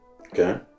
Okay